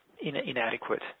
inadequate